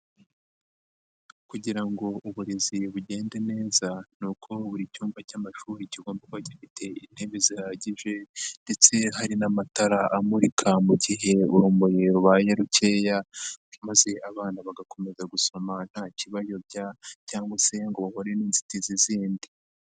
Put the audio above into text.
Kugira ngo uburezi bugende neza ni uko buri cyumba cy'amashuri kigomba kuba gifite intebe zihagije ndetse hari n'amatara amurika mu gihe urumuri rubaye rukeya maze abana bagakomeza gusoma nta kibayobya cyangwa se ngo bahure n'inzitizi zindi.